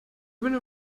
window